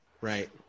right